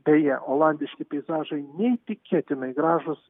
beje olandiški peizažai neįtikėtinai gražūs